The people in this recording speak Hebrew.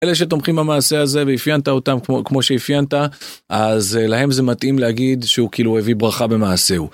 אלה שתומכים במעשה הזה ואפיינת אותם כמו שאפיינת אז להם זה מתאים להגיד שהוא כאילו הביא ברכה במעשהו